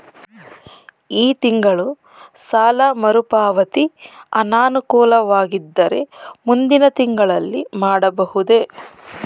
ಈ ತಿಂಗಳು ಸಾಲ ಮರುಪಾವತಿ ಅನಾನುಕೂಲವಾಗಿದ್ದರೆ ಮುಂದಿನ ತಿಂಗಳಲ್ಲಿ ಮಾಡಬಹುದೇ?